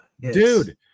Dude